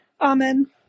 amen